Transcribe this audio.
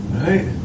right